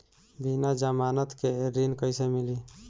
बिना जमानत के ऋण कैसे मिली?